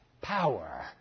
power